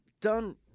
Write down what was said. done